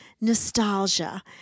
nostalgia